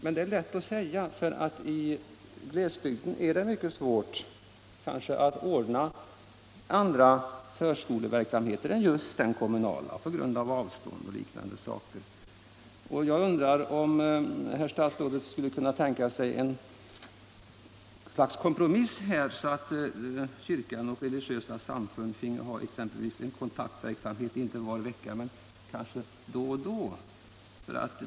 Men det är lätt att säga; i glesbygden är det mycket svårt att ordna annan förskoleverksamhet än just den kommunala på grund av avstånd och liknande. Jag undrar om herr statsrådet skulle kunna tänka sig en kompromiss så att kyrkan och religiösa samfund finge ha en kontaktverksamhet, kanske inte varje vecka men då och då.